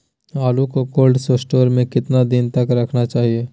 आलू को cold store में कितना दिन तक रखना चाहिए?